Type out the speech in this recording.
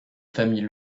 famille